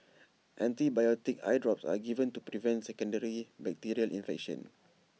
antibiotic eye drops are given to prevent secondary bacterial infection